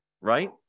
right